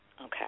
Okay